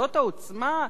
זאת העוצמה?